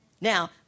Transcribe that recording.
Now